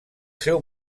seu